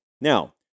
Now